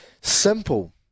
simple